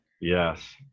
Yes